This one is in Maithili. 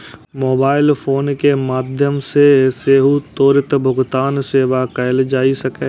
मोबाइल फोन के माध्यम सं सेहो त्वरित भुगतान सेवा कैल जा सकैए